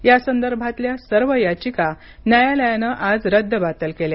यासंदर्भातल्या सर्व याचिका न्यायालयानं आज रद्दबातल केल्या